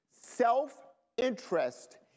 self-interest